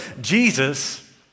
Jesus